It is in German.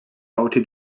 baute